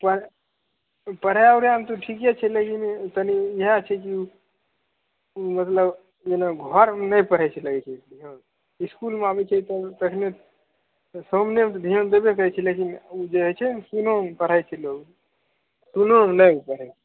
पढ़ पढ़ै ओढ़ैमे तऽ ठीके छै लेकिन तनि इहए छै जे ओ ओ मतलब जेना घरमे नहि पढ़ैत छै लगैत छै कि हँ इसकुलमे आबैत छै तऽ तखने तऽ सामनेमे तऽ धिआन देबे करैत छै लेकिन ओ जे है छै सूनोमे पढ़ैत छै लोग सूनोमे नहि पढ़ैत छै